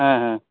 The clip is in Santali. ᱦᱮᱸ ᱦᱮᱸ